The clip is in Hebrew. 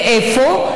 ואיפה?